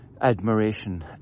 admiration